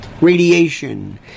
radiation